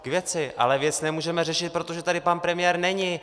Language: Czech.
K věci, ale věc nemůžeme řešit, protože tady pan premiér není.